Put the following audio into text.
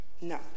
no